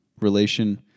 relation